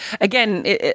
Again